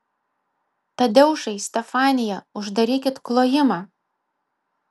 tadeušai stefanija uždarykit klojimą